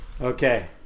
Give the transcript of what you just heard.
okay